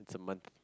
it's a month